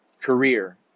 career